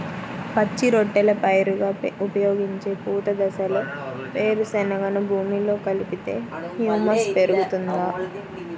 పచ్చి రొట్టెల పైరుగా ఉపయోగించే పూత దశలో వేరుశెనగను భూమిలో కలిపితే హ్యూమస్ పెరుగుతుందా?